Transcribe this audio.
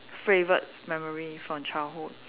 favourite memory from childhood